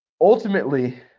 Ultimately